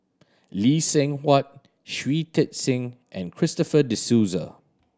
Lee Seng Huat Shui Tit Sing and Christopher De Souza